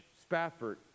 Spafford